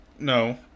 No